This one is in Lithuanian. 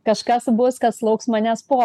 kažkas bus kas lauks manęs po